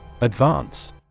Advance